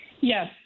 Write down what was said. yes